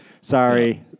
sorry